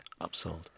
Upsold